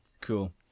Cool